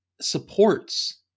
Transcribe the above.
supports